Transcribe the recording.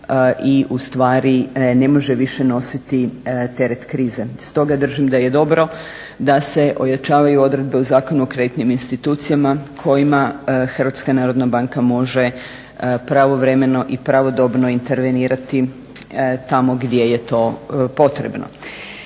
i u stvari ne može više nositi teret krize. Stoga držim da je dobro da se ojačavaju odredbe u Zakonu o kreditnim institucijama kojima Hrvatska narodna banka može pravovremeno i pravodobno intervenirati tamo gdje je to potrebno.